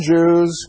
Jews